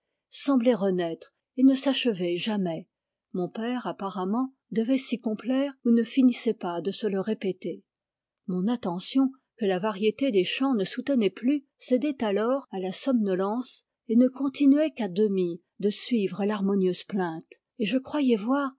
semblait renaître et ne s'achever jamais mon père apparemment devait s'y complaire et ne finissait pas de se le répéter mon attention que la variété des chants ne soutenait plus cédait alors à la somnolence et ne continuait qu'à demi de suivre l'harmonieuse plainte et je croyais voir